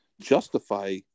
justify